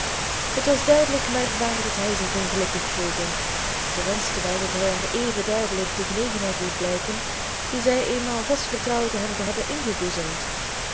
het was duidelijk merkbaar dat hij zich ongelukkig voelde zij wenschte wel dat hij haar even duidelijk de genegenheid liet blijken die zij eenmaal vast vertrouwde hem te hebben